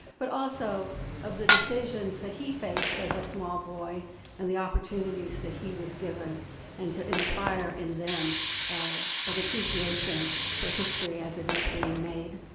but also of the decisions that he faced as a small boy and the opportunities that he was given and to inspire in them an appreciation for history as it is being made.